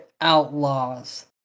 Outlaws